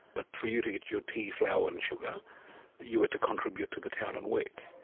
but for you to get your tea, flour and sugar you had to contribute to the town and work.